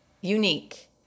unique